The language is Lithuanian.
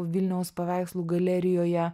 vilniaus paveikslų galerijoje